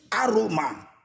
aroma